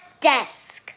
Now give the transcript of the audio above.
Desk